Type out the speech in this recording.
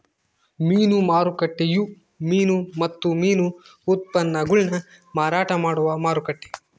ಮೀನು ಮಾರುಕಟ್ಟೆಯು ಮೀನು ಮತ್ತು ಮೀನು ಉತ್ಪನ್ನಗುಳ್ನ ಮಾರಾಟ ಮಾಡುವ ಮಾರುಕಟ್ಟೆ